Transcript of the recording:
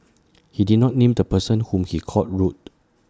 he did not name the person whom he called rude